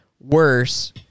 worse